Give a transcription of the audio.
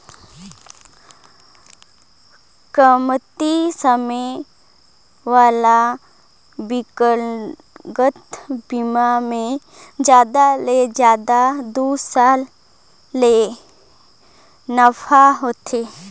कमती समे वाला बिकलांगता बिमा मे जादा ले जादा दू साल ले नाफा होथे